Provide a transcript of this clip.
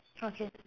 okay